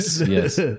yes